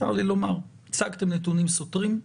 צר לי לומר שהצגתם נתונים סותרים.